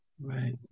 Right